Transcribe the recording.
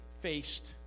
faced